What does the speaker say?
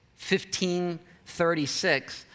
1536